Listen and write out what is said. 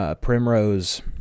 Primrose